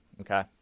okay